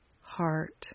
heart